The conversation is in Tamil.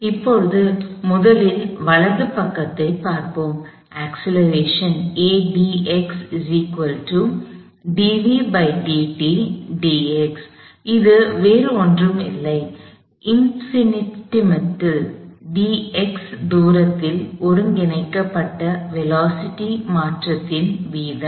இப்போது முதலில் வலது பக்கத்தைப் பார்ப்போம் அக்ஸ்லெரேஷன் இது வேறு ஒன்றும் இல்லை சில இந்பிநிடேஸிமல் infinitesimalஎண்ணற்ற தூரத்தில் ஒருங்கிணைக்கப்பட்ட வேலோஸிட்டி velocityதிசைவேகம் மாற்றத்தின் வீதம்